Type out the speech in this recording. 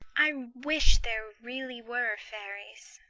i wish there really were fairies,